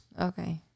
Okay